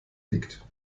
liegt